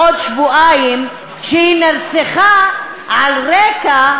היום אומרים: תעזבו אתכם,